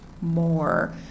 more